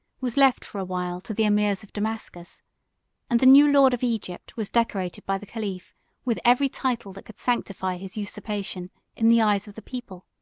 was left for a while to the emirs of damascus and the new lord of egypt was decorated by the caliph with every title that could sanctify his usurpation in the eyes of the people.